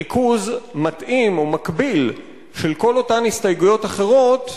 ריכוז מתאים או מקביל של כל אותן הסתייגויות אחרות,